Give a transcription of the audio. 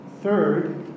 Third